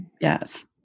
Yes